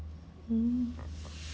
hmm